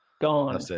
gone